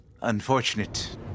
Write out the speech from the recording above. unfortunate